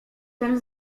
ten